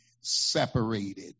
separated